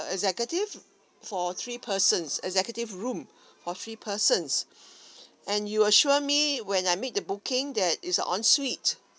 executive for three persons executive room for three persons and you assure me when I made the booking that is a ensuite